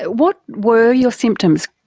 what were your symptoms?